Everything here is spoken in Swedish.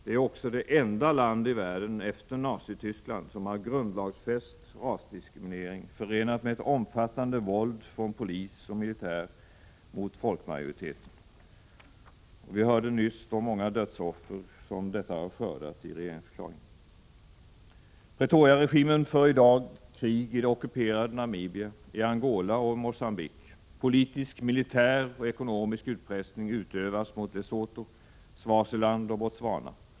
Det är också det enda land i världen, efter Nazi-Tyskland, som har grundlagsfäst rasdiskriminering, förenat med ett omfattande våld från polis och militär mot folkmajoriteten. Vi hörde nyss i regeringens förklaring hur många dödsoffer som dessa har skördat. Pretoriaregimen för i dag krig i det ockuperade Namibia och i Angola och Mogambique. Politisk, militär och ekonomisk utpressning utövas mot Lesotho, Swaziland och Botswana.